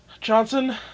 Johnson